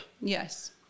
Yes